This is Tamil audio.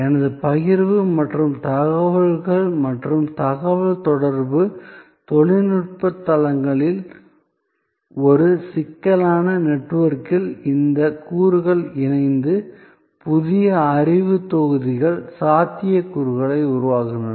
எனது பகிர்வு மற்றும் தகவல் மற்றும் தகவல் தொடர்பு தொழில்நுட்ப தளங்களில் ஒரு சிக்கலான நெட்வொர்க்கில் இந்த கூறுகள் இணைந்து புதிய அறிவு தொகுதிகள் சாத்தியக்கூறுகளை உருவாக்குகின்றன